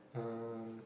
uh